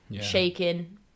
shaking